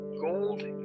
Gold